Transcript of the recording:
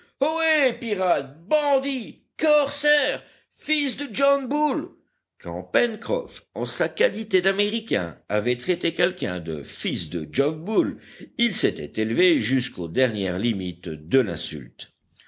ohé pirates bandits corsaires fils de john bull quand pencroff en sa qualité d'américain avait traité quelqu'un de fils de john bull il s'était élevé jusqu'aux dernières limites de l'insulte